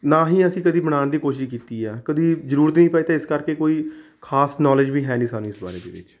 ਨਾ ਹੀ ਅਸੀਂ ਕਦੀ ਮਨਾਉਣ ਦੀ ਕੋਸ਼ਿਸ਼ ਕੀਤੀ ਹੈ ਕਦੀ ਜ਼ਰੂਰਤ ਹੀ ਨਹੀਂ ਪਈ ਅਤੇ ਇਸ ਕਰਕੇ ਕੋਈ ਖਾਸ ਨੋਲੇਜ ਵੀ ਹੈ ਨਹੀਂ ਸਾਨੂੰ ਇਸ ਬਾਰੇ ਦੇ ਵਿੱਚ